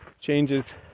changes